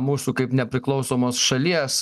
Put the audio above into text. mūsų kaip nepriklausomos šalies